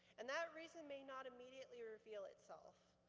and that reason may not immediately reveal itself,